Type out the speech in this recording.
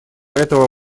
этого